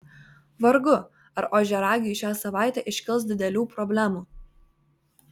vargu ar ožiaragiui šią savaitę iškils didelių problemų